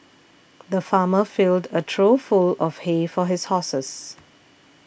the farmer filled a trough full of hay for his horses